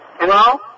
Hello